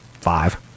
Five